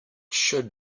should